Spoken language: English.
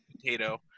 potato